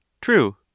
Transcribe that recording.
true